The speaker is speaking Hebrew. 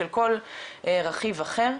של כל רכיב אחר.